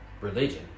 Religion